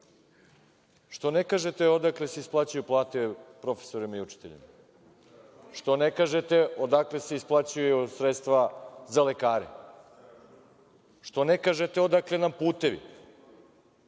što ne kažete odakle se isplaćuju plate profesorima i učiteljima. Što ne kažete odakle se isplaćuj sredstva za lekare. Što ne kažete odakle nam putevi.